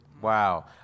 Wow